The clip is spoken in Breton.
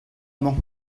mañ